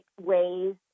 ways